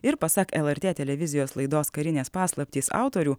ir pasak lrt televizijos laidos karinės paslaptys autorių